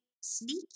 sneaky